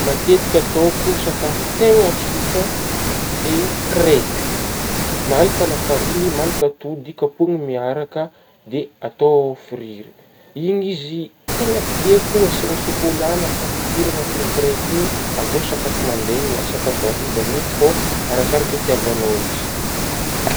Matetika ataoko sakafo tegna tsotra dia krepy malaka lafarinigny malaka atody kapohigna miaraka dia atao firiry ,igny izy tegna tiako asiagna sôkôla na kôfitira agnaty krepy io, atao sakafo mandraigna na sakafo hariva mety fô arakaraka itiavagnao izy.